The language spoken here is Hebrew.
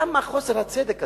למה חוסר הצדק הזה?